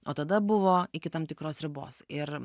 o tada buvo iki tam tikros ribos ir